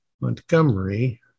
Montgomery